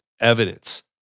evidence